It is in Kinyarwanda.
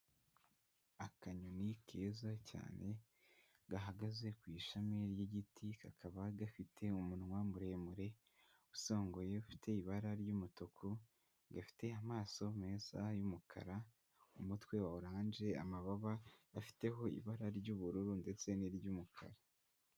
Akanyoni keza cyane gahagaze ku ishami ry'igiti, kakaba gafite umunwa muremure usongoye ufite ibara ry'umutuku, gafite amaso meza y'umukara, umutwe wa oranje, amababa gafiteho ibara ry'ubururu ndetse n'iry'umukara.